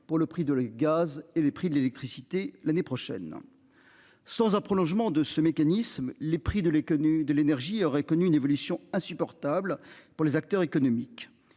pour le prix de le gaz et les prix de l'électricité, l'année prochaine. Sans un prolongement de ce mécanisme. Les prix de l'est connu de l'énergie aurait connu une évolution insupportable pour les acteurs économiques,